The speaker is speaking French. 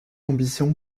ambition